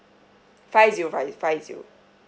five zero five five zero